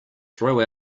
throw